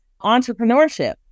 entrepreneurship